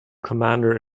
commander